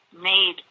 made